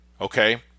Okay